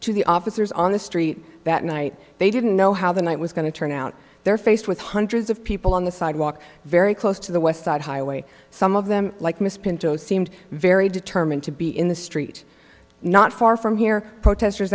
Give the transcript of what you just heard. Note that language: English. to the officers on the street that night they didn't know how the night was going to turn out they're faced with hundreds of people on the sidewalk very close to the west side highway some of them like miss pinto seemed very determined to be in the street not far from here protesters